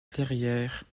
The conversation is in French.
clairières